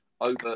over